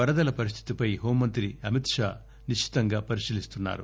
వరదల పరిస్దితిపై హోంమంత్రి అమిత్ షా నిశితంగా పరిశీలిస్తున్నారు